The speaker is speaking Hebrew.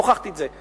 הוכחתי את זה,